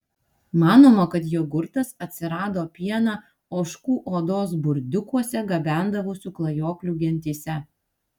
manoma kad jogurtas atsirado pieną ožkų odos burdiukuose gabendavusių klajoklių gentyse